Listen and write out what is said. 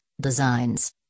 designs